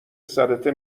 سرته